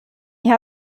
ihr